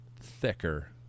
thicker